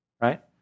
right